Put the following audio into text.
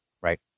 right